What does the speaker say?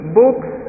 books